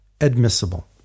admissible